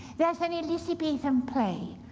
there's an elizabethan play,